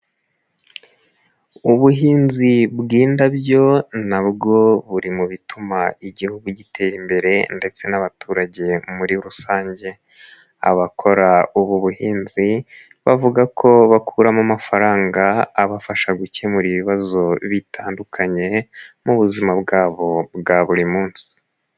Ubuhinzi bw'indabyo na bwo buri mu bituma Igihugu gitera imbere ndetse n'abaturage muri rusange, abakora ubu buhinzi bavuga ko bakuramo amafaranga abafasha gukemura ibibazo bitandukanye mu buzima bwabo bwa buri munsi.